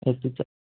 എത്തിച്ചാൽ